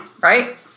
right